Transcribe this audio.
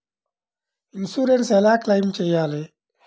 Insurance ఎలా claim చేయాలి?